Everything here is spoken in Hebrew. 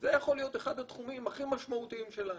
זה היה יכול להיות אחד התחומים הכי משמעותיים שלנו.